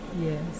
Yes